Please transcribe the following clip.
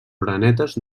orenetes